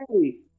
Hey